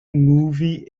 movie